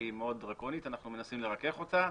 היא מאוד דרקונית ואנחנו מנסים לרכך אותה,